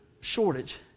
shortage